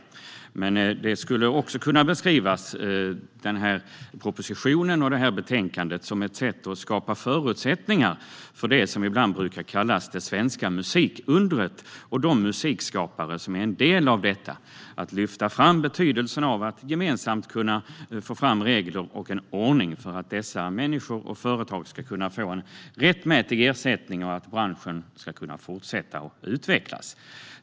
Propositionen och betänkandet skulle också kunna beskrivas som ett sätt att skapa förutsättningar för det som ibland brukar kallas för det svenska musikundret och de musikskapare som är en del av detta. Man lyfter fram betydelsen av att gemensamt kunna få fram regler och en ordning för att dessa människor och företag ska kunna få en rättmätig ersättning och för att branschen ska kunna fortsätta att utvecklas.